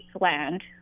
land